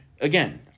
again